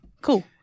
cool